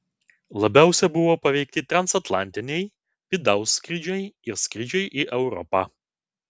labiausiai buvo paveikti transatlantiniai vidaus skrydžiai ir skrydžiai į europą